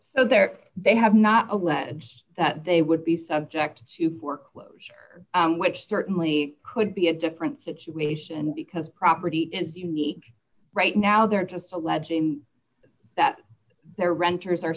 so they're they have not alleged that they would be subject to foreclosure which certainly could be a different situation because property is unique right now they're just alleging that their renters are